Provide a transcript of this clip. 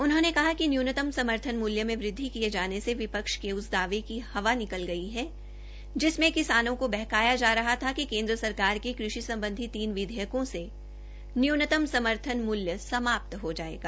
उन्होंने कहा कि न्युनतम समर्थन मुल्य में वृदि किये जोने से विपक्ष के उस दावे को हवा निकल गई है जिसमें किसानों को बहकाया जा रहा था कि केन्द्र सरकार के कृषि सम्बधी तीन विधेयकों में न्यूनतम समर्थन मूल्य समाप्त हो जायेगा